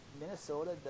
Minnesota